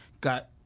Got